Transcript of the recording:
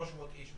300 איש,